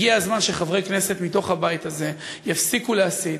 הגיע הזמן שחברי כנסת מתוך הבית הזה יפסיקו להסית,